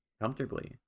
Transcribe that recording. comfortably